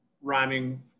rhyming